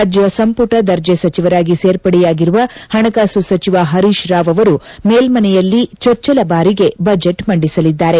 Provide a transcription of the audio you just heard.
ರಾಜ್ಯ ಸಂಪುಟ ದರ್ಜೆ ಸಚಿವರಾಗಿ ಸೇರ್ಪಡೆಯಾಗಿರುವ ಪಣಕಾಸು ಸಚಿವ ಪರೀಶ್ ರಾವ್ ಅವರು ಮೇಲ್ಮನೆಯಲ್ಲಿ ಚೊಚ್ವಲ ಬಾರಿಗೆ ಬಜೆಟ್ ಮಂಡಿಸಲಿದ್ದಾರೆ